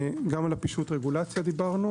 גם על פישוט רגולציה דיברנו.